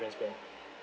plan